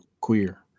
queer